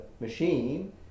machine